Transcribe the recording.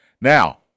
Now